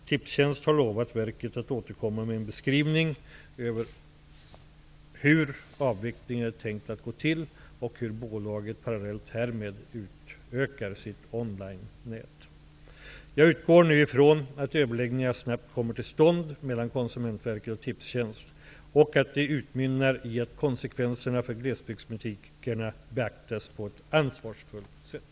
Tipstjänst har lovat verket att återkomma med en beskrivning över hur avvecklingen är tänkt att gå till och hur bolaget parallellt härmed utökar sitt ''on-line-nät''. Jag utgår nu ifrån att överläggningar snabbt kommer till stånd mellan Konsumentverket och Tipstjänst och att de utmynnar i att konsekvenserna för glesbygdsbutikerna beaktas på ett ansvarsfullt sätt.